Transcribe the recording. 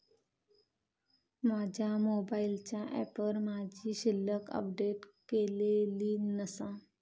माझ्या मोबाईलच्या ऍपवर माझी शिल्लक अपडेट केलेली नसा